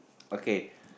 okay